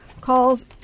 calls